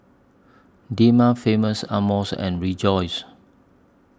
Dilmah Famous Amos and Rejoice